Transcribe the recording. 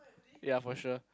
ya for sure